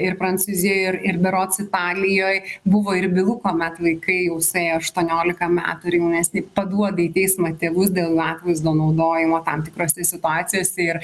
ir prancūzijoj ir ir berods italijoj buvo ir bylų kuomet vaikai jau suėję aštuoniolika metų ir jaunesni paduoda į teismą tėvus dėl atvaizdo naudojimo tam tikrose situacijose ir